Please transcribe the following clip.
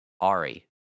Ari